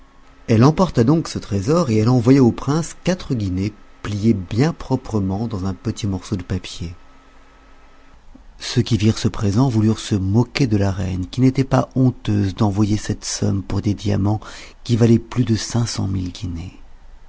elle emporta donc ce trésor et elle envoya au prince quatre guinées pliées bien proprement dans un petit morceau de papier ceux qui virent ce présent voulurent se moquer de la reine qui n'était pas honteuse d'envoyer cette somme pour des diamants qui valaient plus de